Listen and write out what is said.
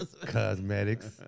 Cosmetics